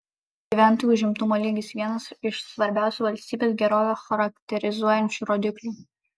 gyventojų užimtumo lygis vienas iš svarbiausių valstybės gerovę charakterizuojančių rodiklių